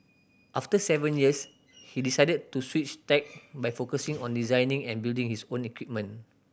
after seven years he decided to switch tack by focusing on designing and building his own equipment